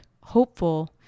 hopeful